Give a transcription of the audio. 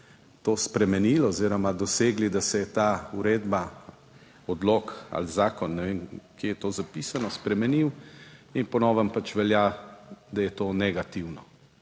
spremenili oziroma dosegli, da se je ta uredba, odlok ali zakon, ne vem kje je to zapisano, spremenil in po novem pač velja, da je to negativno.